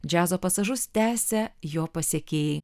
džiazo pasažus tęsia jo pasekėjai